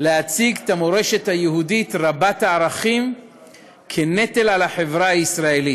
להציג את המורשת היהודית רבת-הערכים כנטל על החברה הישראלית,